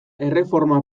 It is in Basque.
erreforma